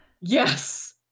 Yes